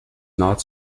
not